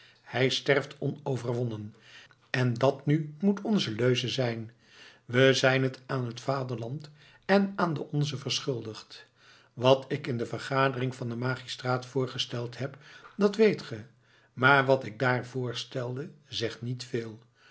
hij sterft onoverwonnen en dat nu moet onze leuze zijn we zijn het aan het vaderland en aan de onzen verschuldigd wat ik in de vergadering van den magistraat voorgesteld heb dat weet ge maar wat ik daar voorstelde zegt niet veel